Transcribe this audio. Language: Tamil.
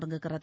தொடங்குகிறது